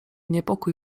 niepokój